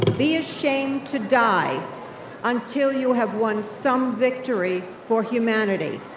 be ashamed to die until you have won some victory for humanity.